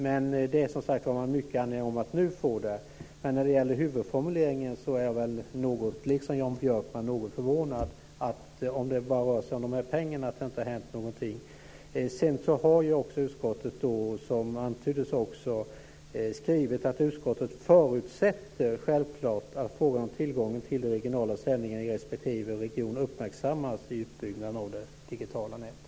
Det gäller som sagt om man är mycket angelägen om att få detta nu. Men när det gäller huvudformuleringen är jag liksom Jan Björkman något förvånad, om det bara rör sig om de här pengarna, över att det inte har hänt någonting. Sedan har ju också utskottet, som antyddes, skrivit att utskottet självklart förutsätter att frågan om tillgången till regionala sändningar i respektive region uppmärksammas i utbyggnaden av det digitala nätet.